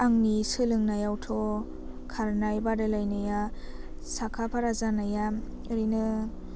आंनि सोलोंनायावथ' खारनाय बादायलायनाया साखा फारा जानाया ओरैनो